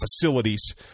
facilities